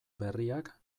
berriak